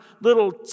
little